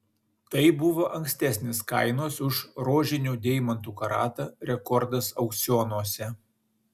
tai buvo ankstesnis kainos už rožinių deimantų karatą rekordas aukcionuose